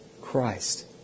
Christ